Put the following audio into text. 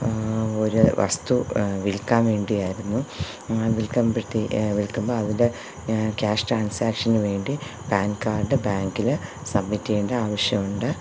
ഒരു വസ്തു വിൽക്കാൻ വേണ്ടി ആയിരുന്നു വിൽക്കുമ്പത്തെ വിൽക്കുമ്പം അതിൽ ക്യാഷ് ട്രാൻസാക്ഷന് വേണ്ടി പാൻ കാഡ് ബാങ്കിൽ സബ്മിറ്റ് ചെയ്യേണ്ട ആവശ്യമുണ്ട്